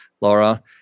Laura